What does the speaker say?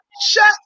shut